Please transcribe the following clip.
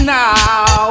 now